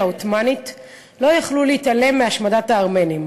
העות'מאנית לא יכלו להתעלם מהשמדת הארמנים.